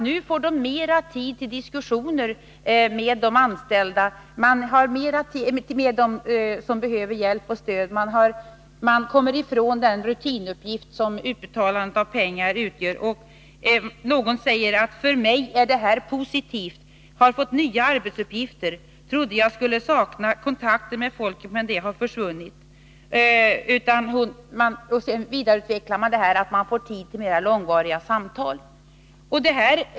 nu får mera tid till diskussioner med dem som behöver hjälp och stöd. Man kommer ifrån den rutinuppgift som utbetalandet av pengar utgör. Någon säger: För mig är detta positivt — har fått nya arbetsuppgifter — trodde jag skulle sakna kontakten med folk, men den farhågan har försvunnit. Sedan vidareutvecklas resonemanget med att man nu får mera tid för långvariga samtal.